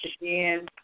again